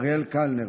אריאל קלנר,